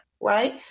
right